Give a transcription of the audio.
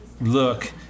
look